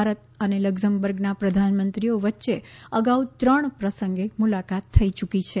ભારત અને લકઝમબર્ગના પ્રધાનમંત્રીઓ વચ્ચે અગાઉ ત્રણ પ્રસંગે મુલાકાત થઇ ચૂકી છે